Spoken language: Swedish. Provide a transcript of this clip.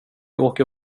åker